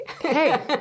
Hey